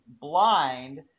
blind